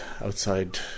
outside